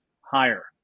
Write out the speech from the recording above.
higher